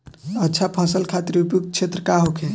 अच्छा फसल खातिर उपयुक्त क्षेत्र का होखे?